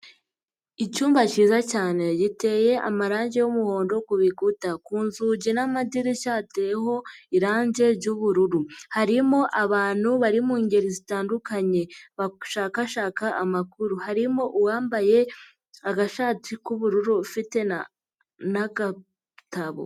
Icyumba cyiza cyane, giteye amarangi y'umuhondo ku bikuta, ku nzugi n'amadirishya hateyeho irangi ry'ubururu, harimo abantu bari mu ngeri zitandukanye, bashakashaka amakuru, harimo uwambaye agashati k'ubururu ufite n'agatabo.